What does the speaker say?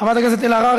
חברת הכנסת אלהרר,